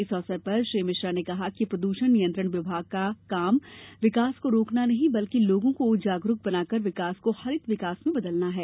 इस अवसर पर श्री मिश्रा ने कहा कि प्रदूषण नियंत्रण विभाग का काम विकास को रोकना नहीं बल्कि लोगों को जागरुक बनाकर विकास को हरित विकास में बदलना है